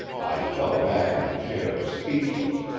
i fell back on the chair, speechless.